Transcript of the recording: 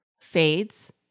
fades